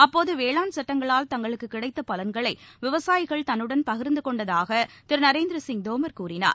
அப்போது வேளாண் சட்டங்களால் தங்களுக்கு கிடைத்த பலன்களை விவசாயிகள் தன்னுடன் பகிா்ந்து கொண்டதாக திரு நரேந்திர சிங் தோமர் கூறினார்